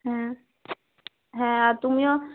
হ্যাঁ হ্যাঁ আর তুমিও